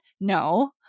No